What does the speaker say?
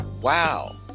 wow